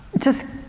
just